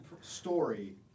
story